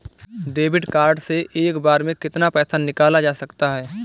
Debit card से एक बार में कितना पैसा निकाला जा सकता है?